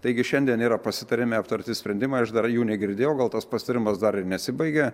taigi šiandien yra pasitarime aptarti sprendimai aš dar jų negirdėjau gal tas pasitarimas dar nesibaigė